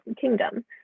kingdom